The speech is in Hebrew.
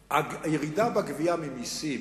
לראש הממשלה, הירידה בגבייה ממסים